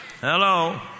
Hello